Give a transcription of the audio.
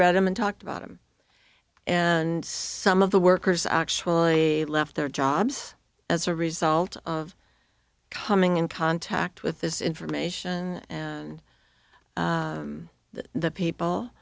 them and talked about it and some of the workers actually left their jobs as a result of coming in contact with this information and the people